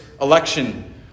election